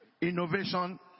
innovation